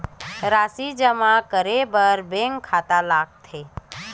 राशि जमा करे बर का का लगथे?